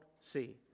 see